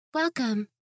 Welcome